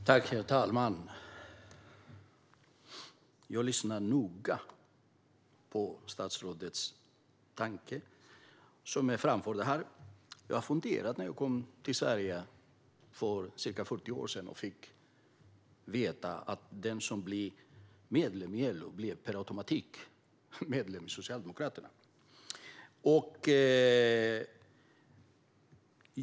Herr talman! Jag lyssnade noga på statsrådets tankar som framfördes här. När jag kom till Sverige för ca 40 år sedan fick jag veta att den som blir medlem i LO per automatik blir medlem i det socialdemokratiska partiet.